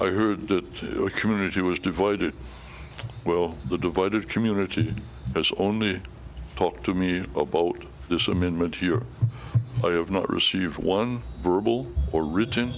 i heard the community was divided well the divided community has only talked to me a boat this amendment i have not received one verbal or written